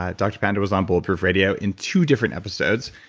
ah dr. panda was on bulletproof radio in two different episodes.